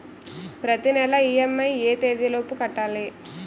ప్రతినెల ఇ.ఎం.ఐ ఎ తేదీ లోపు కట్టాలి?